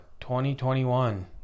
2021